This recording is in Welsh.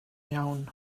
iawn